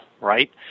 right